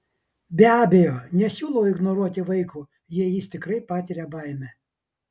be abejo nesiūlau ignoruoti vaiko jei jis tikrai patiria baimę